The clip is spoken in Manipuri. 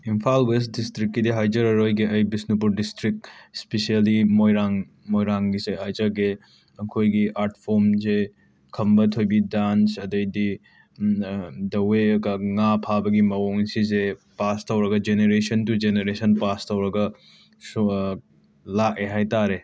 ꯏꯝꯐꯥꯜ ꯋꯦꯁ ꯗꯤꯁꯇ꯭ꯔꯤꯛꯀꯤꯗꯤ ꯍꯥꯏꯖꯔꯔꯣꯏꯒꯦ ꯑꯩ ꯕꯤꯁꯅꯨꯄꯨꯔ ꯗꯤꯁꯇ꯭ꯔꯤꯛ ꯏꯁꯄꯤꯁ꯭ꯌꯦꯜꯂꯤ ꯃꯣꯏꯔꯥꯡ ꯃꯣꯏꯔꯥꯡꯒꯤꯁꯦ ꯍꯥꯏꯖꯒꯦ ꯑꯩꯈꯣꯏꯒꯤ ꯑꯥꯔꯠ ꯐꯣꯝꯖꯦ ꯈꯝꯕ ꯊꯣꯏꯕꯤ ꯗꯥꯟꯁ ꯑꯗꯩꯗꯤ ꯗ ꯋꯦ ꯉꯥ ꯐꯥꯕꯒꯤ ꯃꯋꯣꯡ ꯁꯤꯁꯦ ꯄꯥꯁ ꯇꯧꯔꯒ ꯖꯦꯅꯔꯦꯁꯟ ꯇꯨ ꯖꯦꯅꯔꯦꯁꯟ ꯄꯥꯁ ꯇꯧꯔꯒ ꯁꯣ ꯂꯥꯛꯑꯦ ꯍꯥꯏꯇꯥꯔꯦ